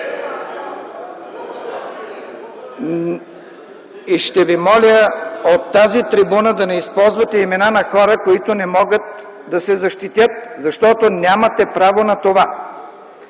Ще ви моля от тази трибуна да не използвате имена на хора, които не могат да се защитят, защото нямате право на това.